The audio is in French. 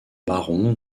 baron